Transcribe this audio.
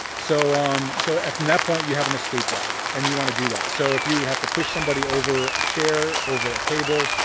so um so from that point, you have an escape route. and you want to do that. so if you have to push somebody over, a chair, over a table,